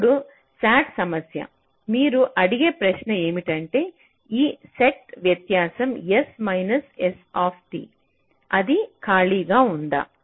ఇప్పుడు SAT సమస్య మీరు అడిగే ప్రశ్న ఏమిటంటే ఈ సెట్ వ్యత్యాసం S మైనస్ S అది ఖాళీగా ఉందా